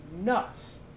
nuts